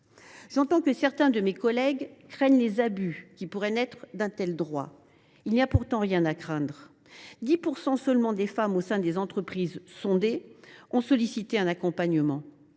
J’entends que certains de mes collègues craignent les abus qui pourraient naître de l’instauration d’un tel droit. Il n’y a pourtant rien à craindre : seulement 10 % des femmes au sein des entreprises sondées ont sollicité un accompagnement.